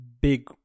big